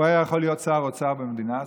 הוא היה יכול להיות שר אוצר במדינה הזאת?